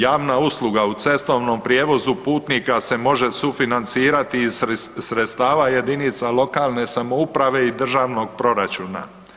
Javna usluga u cestovnom prijevozu putnika se može sufinancirati iz sredstava jedinica lokalne samouprave i državnog proračuna.